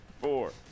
four